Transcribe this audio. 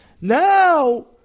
Now